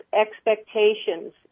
expectations